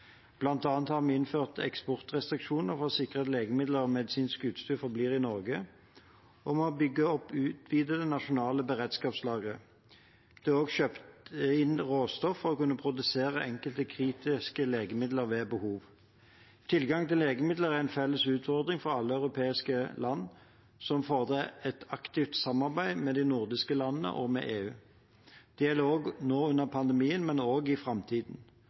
annet har vi innført eksportrestriksjoner for å sikre at legemidler og medisinsk utstyr forblir i Norge, og vi har bygd opp utvidede, nasjonale beredskapslagre. Det er også kjøpt inn råstoff for å kunne produsere enkelte kritiske legemidler ved behov. Tilgang til legemidler er en felles utfordring for alle europeiske land som fordrer et aktivt samarbeid med de nordiske landene og med EU. Det gjelder nå under pandemien, men også i framtiden.